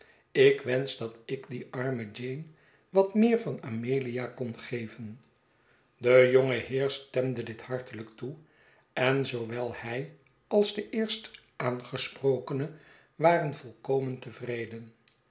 ik wenschte dat ik die arme jane wat meer van amelia kon geven de jonge heer stemde dit hartelyk toe en zoowel hij als de eerst aangesprokene waren volkomen tevreden